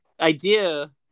Idea